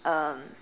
um